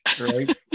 Right